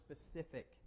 specific